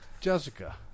Jessica